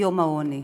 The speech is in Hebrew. ויום העוני.